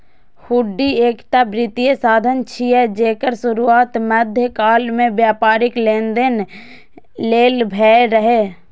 हुंडी एकटा वित्तीय साधन छियै, जेकर शुरुआत मध्यकाल मे व्यापारिक लेनदेन लेल भेल रहै